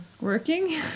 working